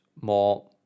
more